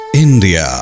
India